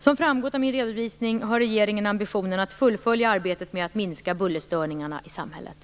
Som framgått av min redovisning har regeringen ambitionen att fullfölja arbetet med att minska bullerstörningarna i samhället.